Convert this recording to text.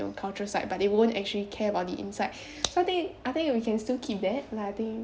cultural site but they won't actually care about the inside so I think I think we can still keep that like I think